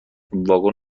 واگن